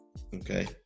okay